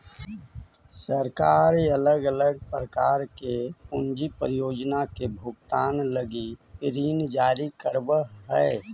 सरकार अलग अलग प्रकार के पूंजी परियोजना के भुगतान लगी ऋण जारी करवऽ हई